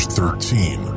Thirteen